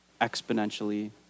exponentially